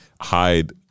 hide